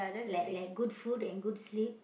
like like good food and good sleep